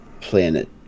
planet